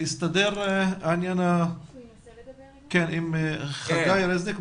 הסתדר העניין עם חגי רזניק,